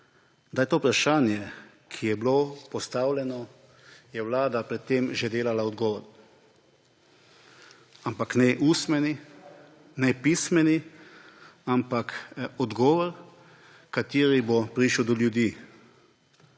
Da je to vprašanje, ki je bilo postavljeno, je Vlada pred tem že delala odgovor. Ampak ne ustmeni ne pismeni, ampak odgovor, kateri bo prišel do ljudi.